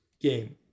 game